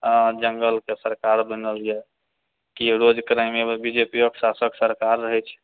आओर जङ्गलके सरकार बनल यऽ कि रोज क्राइमे बी जे पी आब शासक सरकार रहै छै